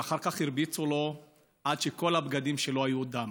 ואחר כך הרביצו לו עד שכל הבגדים שלו היו דם.